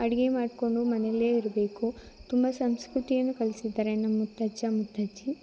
ಅಡುಗೆ ಮಾಡಿಕೊಂಡು ಮನೆಯಲ್ಲೇ ಇರಬೇಕು ತುಂಬ ಸಂಸ್ಕೃತಿಯನ್ನು ಕಲಿಸಿದ್ದಾರೆ ನಮ್ಮ ಮುತ್ತಜ್ಜ ಮುತ್ತಜ್ಜಿ